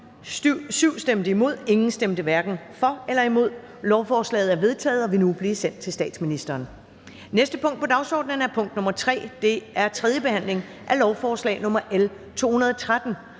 (UFG)), ingen stemte hverken for eller imod. Lovforslaget er vedtaget og vil nu blive sendt til statsministeren. --- Det næste punkt på dagsordenen er: 3) 3. behandling af lovforslag nr. L 213: